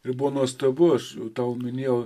ir buvo nuostabu aš tau minėjau